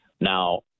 Now